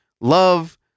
love